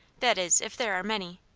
that is, if there are many.